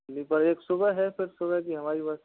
sleeper एक सुबह है फिर सुबह की हमारी बस